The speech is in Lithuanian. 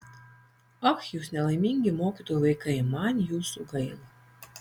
ach jūs nelaimingi mokytojų vaikai man jūsų gaila